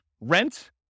rent